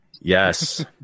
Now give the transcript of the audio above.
Yes